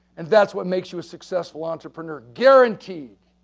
and that's what makes you a successful entrepreneur, guaranteed.